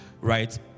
right